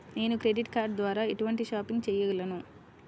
నేను credit card ద్వార ఎటువంటి షాపింగ్ చెయ్యగలను?